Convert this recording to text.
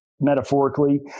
metaphorically